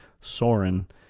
Soren